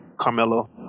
Carmelo